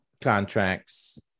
contracts